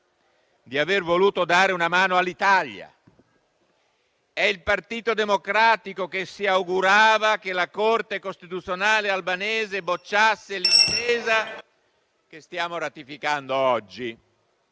di aver voluto dare una mano all'Italia; è il Partito Democratico che si augurava che la Corte costituzionale albanese bocciasse l'intesa che stiamo ratificando oggi;